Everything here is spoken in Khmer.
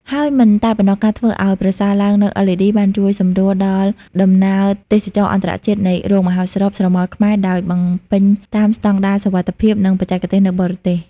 ហើយមិនតែប៉ុណ្ណោះការធ្វើឱ្យប្រសើរឡើងនូវ LED បានជួយសម្រួលដល់ដំណើរទេសចរណ៍អន្តរជាតិនៃរោងមហោស្រពស្រមោលខ្មែរ ដោយបំពេញតាមស្តង់ដារសុវត្ថិភាព និងបច្ចេកទេសនៅបរទេស។